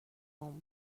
روم